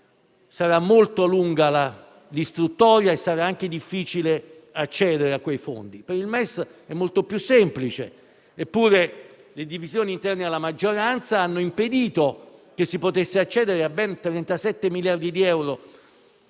sarà molto lunga e sarà anche difficile accedervi. Per il MES è molto più semplice, eppure le divisioni interne alla maggioranza hanno impedito che si potesse accedere a ben 37 miliardi di euro